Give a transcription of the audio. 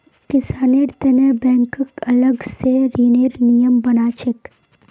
किसानेर तने बैंकक अलग स ऋनेर नियम बना छेक